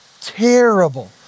Terrible